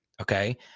okay